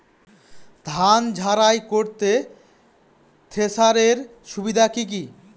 ধান ঝারাই করতে থেসারের সুবিধা কি কি?